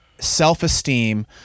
Self-esteem